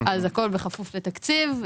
אז הכול בכפוף לתקציב,